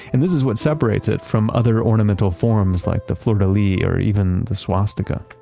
and this is what separates it from other ornamental forms like the fleur de lis or even, the swastika.